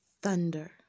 Thunder